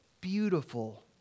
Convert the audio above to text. beautiful